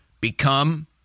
Become